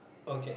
okay